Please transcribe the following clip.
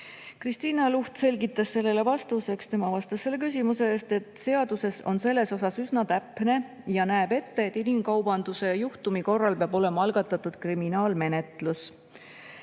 Kristiina Luht selgitas sellele vastuseks, et seadus on selles osas üsna täpne ja näeb ette, et inimkaubanduse juhtumi korral peab olema algatatud kriminaalmenetlus.